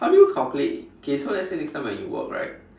how do you calculate okay so let's say next time when you work right